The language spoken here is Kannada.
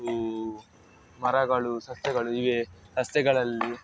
ಹೂ ಮರಗಳು ಸಸ್ಯಗಳು ಇವೆ ಸಸ್ಯಗಳಲ್ಲಿ